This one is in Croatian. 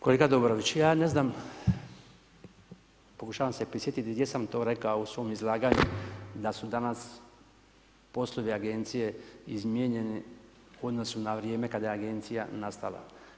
Kolega Dobrović, ja ne znam, pokušavam se prisjetiti gdje sam to rekao u svom izlaganju da su danas poslovi agencije izmijenjeni u odnosu na vrijeme kada je agencija nastala.